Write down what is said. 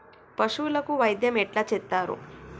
పశువులకు వైద్యం ఎట్లా చేత్తరు?